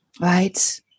Right